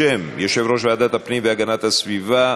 בשם יושב-ראש ועדת הפנים והגנת הסביבה,